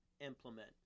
implement